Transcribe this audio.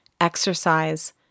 exercise